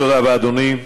תודה רבה, אדוני.